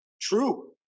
True